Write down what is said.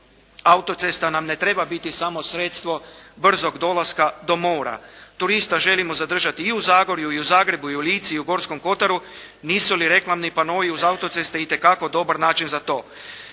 autocesta nam ne treba biti samo sredstvo brzog dolaska do mora. Turista želimo zadržati i u Zagorju i u Zagrebu i u Lici i Gorskom kotaru. Nisu li reklamni panoi uz autoceste itekako dobar način za to?